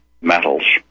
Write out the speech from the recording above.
metals